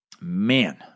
Man